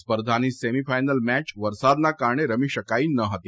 સ્પર્ધાની semifinal match વરસાદના કારણે રમી શકાઇ ન હતી